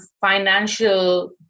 financial